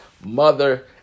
mother